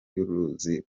y’uruzi